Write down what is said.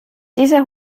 dieser